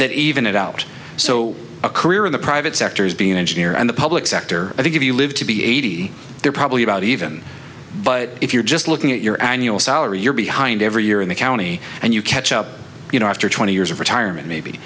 that even it out so a career in the private sector is being an engineer and the public sector i think if you live to be eighty they're probably about even but if you're just looking at your annual salary you're behind every year in the county and you catch up you know after twenty years of retirement maybe